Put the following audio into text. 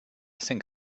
think